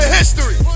history